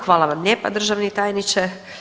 Hvala vam lijepa državni tajniče.